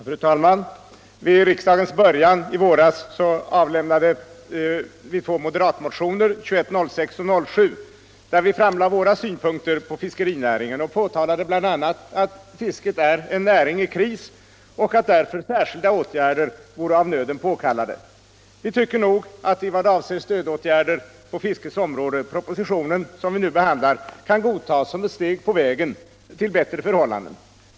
Fru talman! Under den allmänna motionstiden i början av året avlämnade vi två moderatmotioner, där vi framlade våra synpunkter på fiskerinäringen och bl.a. pekade på att fisket är en näring i kris och att därför särskilda åtgärder vore av nöden. Vi tycker att i vad avser stödåtgärder på fiskets område kan den proposition, som vi nu behandlar, godtas som ett steg på vägen mot bättre förhållanden.